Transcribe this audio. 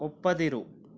ಒಪ್ಪದಿರು